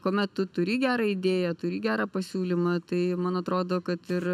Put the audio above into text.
kuomet tu turi gerą idėją turi gerą pasiūlymą tai man atrodo kad ir